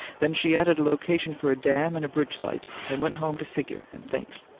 then she added a location for a dam and a bridge site, and went home to figure and think.